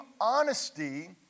honesty